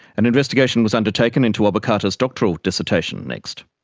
an investigation was undertaken into obokata's doctoral dissertation next.